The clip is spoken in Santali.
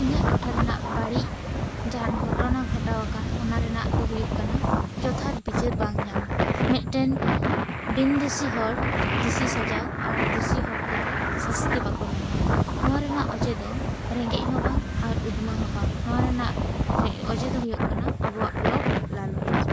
ᱤᱧᱟ ᱜ ᱴᱚᱴᱷᱟ ᱨᱮᱱᱟᱜ ᱵᱟ ᱲᱤᱡ ᱡᱟᱦᱟᱱ ᱜᱷᱚᱴᱚᱱᱟ ᱜᱷᱚᱴᱟᱣ ᱟᱠᱟᱱ ᱚᱱᱟ ᱨᱮᱱᱟᱜ ᱫᱚ ᱦᱩᱭᱩᱜ ᱠᱟᱱᱟ ᱡᱚᱛᱷᱟᱛ ᱵᱤᱪᱟᱹᱨ ᱵᱟᱝ ᱧᱟᱢ ᱢᱤᱫᱴᱮᱱ ᱵᱤᱱ ᱫᱩᱥᱤ ᱦᱚᱲ ᱫᱩᱥᱤ ᱥᱟᱡᱟᱣ ᱟᱨ ᱫᱩᱥᱤ ᱦᱚᱲ ᱠᱚ ᱫᱚ ᱥᱟᱹᱥᱛᱤ ᱵᱟᱠᱚ ᱧᱟᱸᱢᱟ ᱱᱚᱣᱟ ᱨᱮᱱᱟᱜ ᱚᱡᱮ ᱫᱚ ᱨᱮᱸᱜᱮᱡ ᱦᱚ ᱵᱟᱝ ᱟᱨ ᱩᱫᱽᱢᱟᱹ ᱦᱚᱸ ᱵᱟᱝ ᱱᱚᱣᱟ ᱨᱮᱭᱟᱜ ᱨᱮ ᱚᱡᱮ ᱫᱚ ᱦᱩᱭᱩᱜ ᱠᱟᱱᱟ ᱟᱵᱚᱣᱟᱜ ᱞᱳᱵᱽ ᱞᱟᱞᱚᱪ